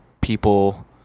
people